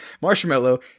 marshmallow